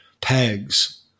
pegs